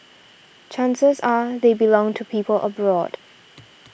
chances are they belong to people abroad